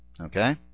Okay